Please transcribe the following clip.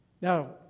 Now